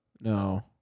No